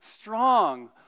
strong